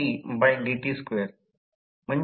आणि त्या अनुक्रमे 0